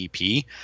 ep